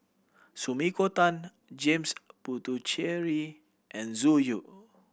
Sumiko Tan James Puthucheary and Zhu Xu